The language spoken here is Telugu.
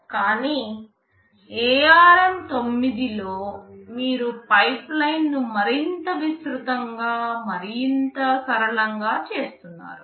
కానీ ARM 9 లో మీరు పైప్లైన్ను మరింత విస్తృతంగా మరియు మరింత సరళంగా చేస్తున్నారు